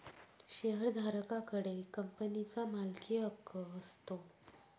शेअरधारका कडे कंपनीचा मालकीहक्क असतो